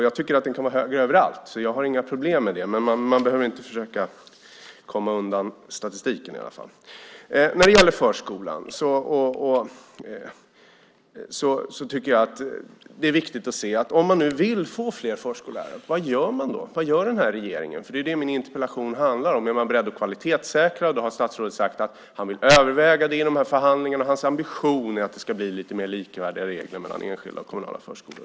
Jag tycker att den kan vara högre överallt och har inga problem med det, men man behöver inte försöka komma undan statistiken. Vad gör regeringen för att få fler förskollärare? Det är det min interpellation handlar om. Är man beredd att kvalitetssäkra? Statsrådet har sagt att han ska överväga det i förhandlingarna och att hans ambition är att det ska bli lite mer likvärdiga regler mellan enskilda och kommunala förskolor.